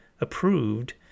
approved